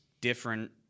different